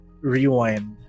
rewind